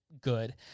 good